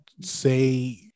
say